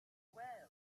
well